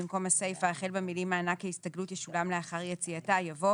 במקום הסיפה החל במילים "מענק ההסתגלות ישולם לאחר יציאתה" יבוא